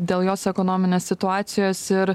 dėl jos ekonominės situacijos ir